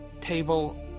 table